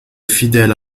fidèle